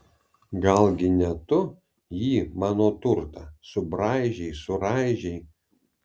galgi ne tu jį mano turtą subraižei suraižei